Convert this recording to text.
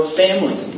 family